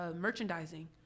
merchandising